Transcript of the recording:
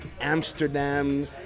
Amsterdam